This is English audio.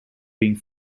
being